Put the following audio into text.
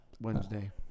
Wednesday